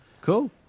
Cool